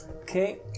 Okay